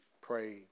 pray